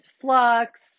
Flux